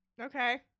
Okay